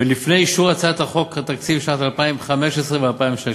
ולפני אישור הצעת חוק התקציב לשנים 2015 ו-2016